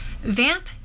Vamp